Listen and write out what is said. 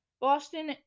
Boston